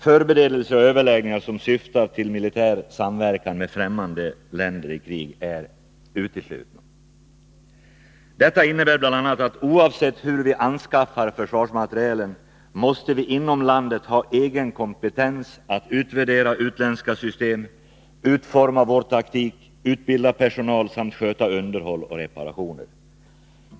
Förberedelser och överläggningar som syftar till militär samverkan med främmande länder i krig är uteslutna. Detta innebär bl.a. att oavsett hur vi anskaffar försvarsmaterielen måste vi inom landet ha egen kompetens att utvärdera utländska system, utforma vår taktik, utbilda personal samt sköta underhåll och reparationer.